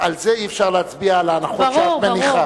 על זה אי-אפשר להצביע, על ההנחות שאת מניחה.